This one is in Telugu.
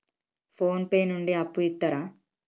ఫోన్ పే నుండి అప్పు ఇత్తరా?